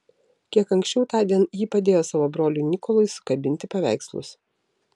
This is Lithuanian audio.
kiek anksčiau tądien ji padėjo savo broliui nikolui sukabinti paveikslus